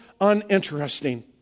uninteresting